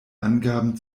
angaben